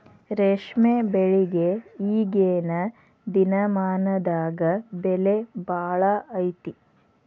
ರೇಶ್ಮೆ ಬೆಳಿಗೆ ಈಗೇನ ದಿನಮಾನದಾಗ ಬೆಲೆ ಭಾಳ ಐತಿ